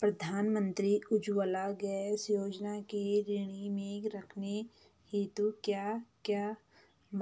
प्रधानमंत्री उज्जवला गैस योजना की श्रेणी में रखने हेतु क्या क्या